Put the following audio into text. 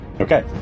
Okay